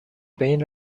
بین